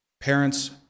parents